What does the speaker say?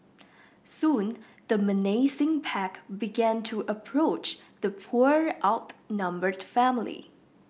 soon the menacing pack began to approach the poor outnumbered family